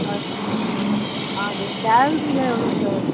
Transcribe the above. ஆ ஆ அது சேல்ரியெலாம் எவ்வளோ சார்